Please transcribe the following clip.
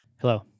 Hello